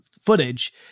footage